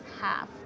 half